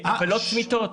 אבל לא צמיתות.